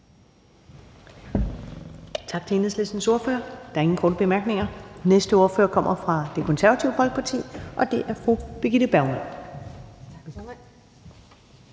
Tak til Enhedslistens ordfører. Der er ingen korte bemærkninger. Den næste ordfører kommer fra Det Konservative Folkeparti, og det er fru Birgitte Bergman.